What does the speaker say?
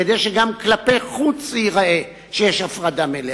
כדי שגם כלפי חוץ ייראה שיש הפרדה מלאה.